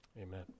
Amen